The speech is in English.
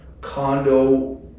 condo